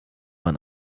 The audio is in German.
man